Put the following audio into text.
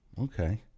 okay